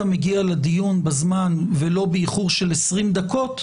מגיע לדיון בזמן ולא באיחור של 20 דקות,